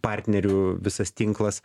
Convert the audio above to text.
partnerių visas tinklas